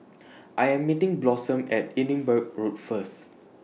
I Am meeting Blossom At Edinburgh Road First